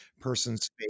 person's